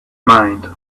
mind